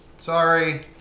Sorry